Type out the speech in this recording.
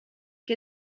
què